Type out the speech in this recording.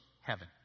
heaven